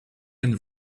and